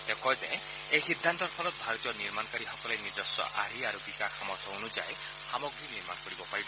তেওঁ কয় যে এই সিদ্ধান্তৰ ফলত ভাৰতীয় নিৰ্মাণকাৰীসকলে নিজস্ব আৰ্হি আৰু বিকাশ সামৰ্থ অনুযায়ী সামগ্ৰী নিৰ্মাণ কৰিব পাৰিব